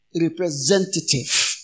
representative